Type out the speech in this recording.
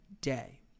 day